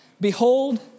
Behold